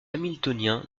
hamiltonien